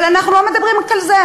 אבל אנחנו לא מדברים רק על זה,